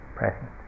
present